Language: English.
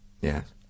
Yes